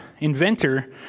inventor